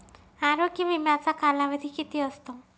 आरोग्य विम्याचा कालावधी किती असतो?